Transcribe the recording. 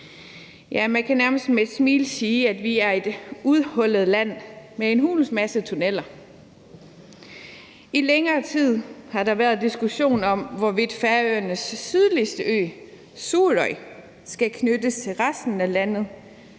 man kan nærmest med et smil sige, at vi er et udboret land med en hulens masse tunneller. Længere tid har der været diskussion om, hvorvidt Færøernes sydligste ø, Suðuroy, skal knyttes til resten af landet